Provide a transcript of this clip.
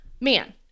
Man